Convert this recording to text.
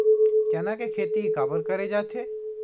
चना के खेती काबर करे जाथे?